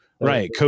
right